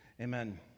amen